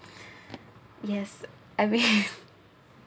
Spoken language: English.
yes I will